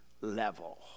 level